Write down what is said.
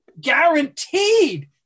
guaranteed